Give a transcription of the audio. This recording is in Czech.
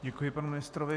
Děkuji panu ministrovi.